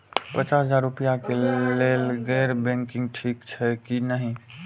पचास हजार रुपए के लेल गैर बैंकिंग ठिक छै कि नहिं?